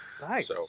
Nice